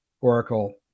Oracle